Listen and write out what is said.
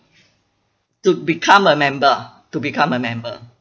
to become a member to become a member